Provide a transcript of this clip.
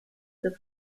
des